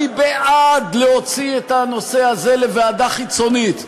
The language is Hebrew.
אני בעד להוציא את הנושא הזה לוועדה חיצונית,